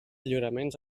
lliuraments